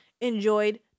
enjoyed